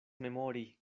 memori